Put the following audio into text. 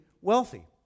wealthy